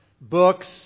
books